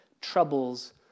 troubles